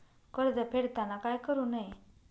कर्ज फेडताना काय करु नये?